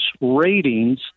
ratings